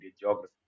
geography